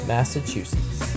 Massachusetts